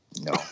No